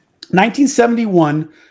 1971